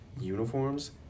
uniforms